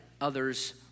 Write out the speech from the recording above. others